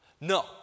No